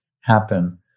happen